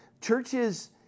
churches